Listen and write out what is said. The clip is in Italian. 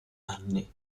anni